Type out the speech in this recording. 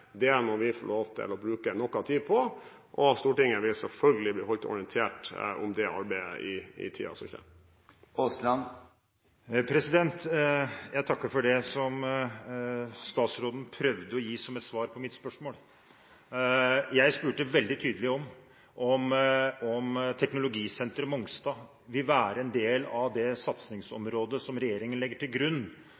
Det må vi få lov til å bruke noe tid på, og Stortinget vil selvfølgelig bli holdt orientert om det arbeidet i tiden som kommer. Jeg takker for det som statsråden prøvde å gi som et svar på mitt spørsmål. Jeg spurte veldig tydelig om teknologisenteret på Mongstad vil være en del av det